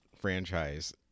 franchise